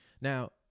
Now